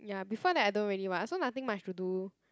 ya before that I don't really want I also nothing much to do